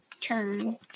turn